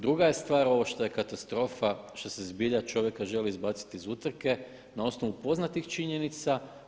Druga je stvar ovo što je katastrofa što se zbilja čovjeka želi izbaciti iz utrke na osnovu poznatih činjenica.